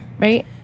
Right